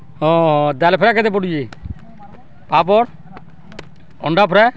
ହଁ ଡ଼ାଲ୍ ଫ୍ରାଏ କେତେ ପଡ଼ୁଛେ ପାପଡ଼୍ ଅଣ୍ଡା ଫ୍ରାଏ